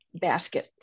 Basket